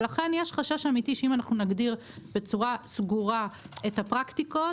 לכן יש חשש אמיתי שאם אנחנו נגדיר בצורה סגורה את הפרקטיקות,